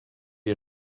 les